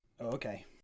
okay